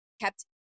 kept